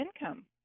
income